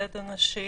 לבודד אנשים,